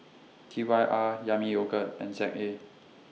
T Y R Yami Yogurt and Z A